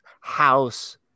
House